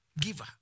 giver